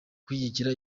gushyigikira